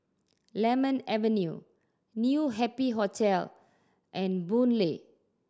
Lemon Avenue New Happy Hotel and Boon Lay